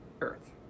Earth